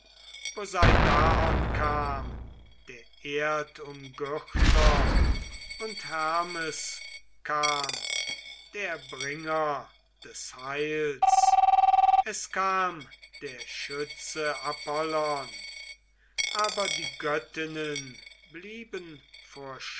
kam der erdumgürter und hermes kam der bringer des heils es kam der schütze apollon aber die göttinnen blieben